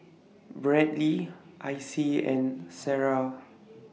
Bradly Icy and Sarrah